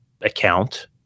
account